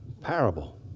parable